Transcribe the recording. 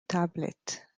tablet